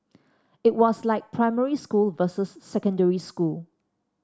it was like primary school versus secondary school